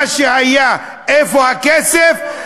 מה שהיה, איפה הכסף?